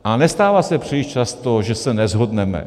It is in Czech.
A nestává se příliš často, že se neshodneme.